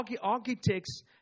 architects